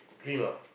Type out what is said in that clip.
dream ah